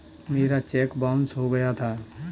मेरा cheque bounce हो गया था